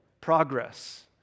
progress